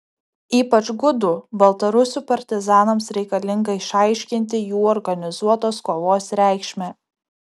ypač gudų baltarusių partizanams reikalinga išaiškinti jų organizuotos kovos reikšmę